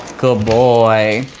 good boy.